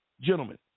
gentlemen